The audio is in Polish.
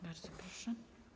Bardzo proszę.